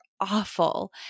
awful